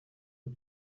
ati